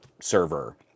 server